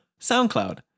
SoundCloud